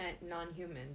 non-human